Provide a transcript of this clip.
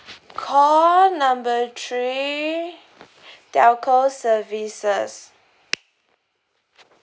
call number three telco services